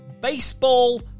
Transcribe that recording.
baseball